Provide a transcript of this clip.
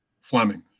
Fleming